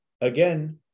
again